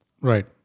Right